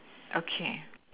okay